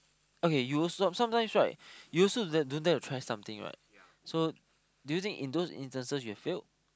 okay you also sometimes right you also don't don't dare to try something right so do you think in those instances you've failed